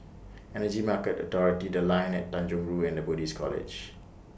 Energy Market Authority The Line At Tanjong Rhu and The Buddhist College